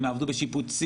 הם יעבדו בשיפוצים,